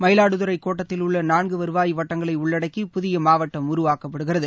மயிலாடுதுறை கோட்டத்திலுள்ள நான்கு வருவாய் வட்டங்களை உள்ளடக்கி புதிய மாவட்டம் உருவாக்கப்படுகிறது